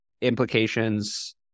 implications